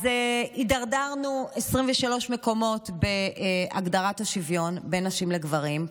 אז הידרדרנו 23 מקומות בהגדרת השוויון בין נשים לגברים,